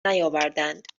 نیاوردند